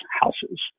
houses